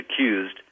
accused